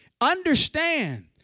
understand